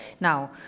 Now